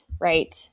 right